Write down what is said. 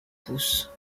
pousse